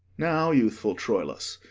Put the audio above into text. now, youthful troilus,